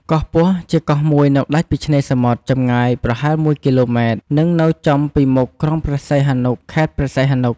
កោះពស់ ជាកោះមួយនៅដាច់ពីឆ្នេរសមុទ្រ ចម្ងាយប្រហែល ១គីឡូម៉ែត្រ និងនៅចំពីមុខក្រុងព្រះសីហនុ ខេត្តព្រះសីហនុ។